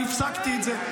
אני הפסקתי את זה.